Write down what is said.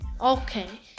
Okay